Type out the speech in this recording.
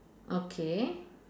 okay